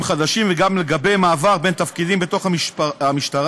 חדשים וגם לגבי מעבר בין תפקידים בתוך המשטרה,